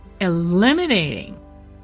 eliminating